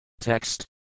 Text